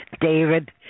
David